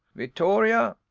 vittoria,